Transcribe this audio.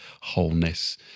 wholeness